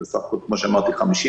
בסך הכול 50 תחנות,